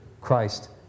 Christ